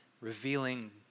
revealing